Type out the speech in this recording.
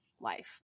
life